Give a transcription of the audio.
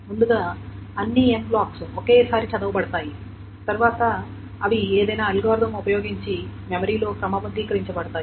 ముందుగా అన్ని M blocks ఒకేసారి చదవబడతాయి తర్వాత అవి ఏదైనా అల్గోరిథం ఉపయోగించి మెమరీలో క్రమబద్ధీకరించబడతాయి